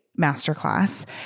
masterclass